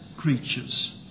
Creatures